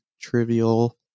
trivial